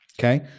okay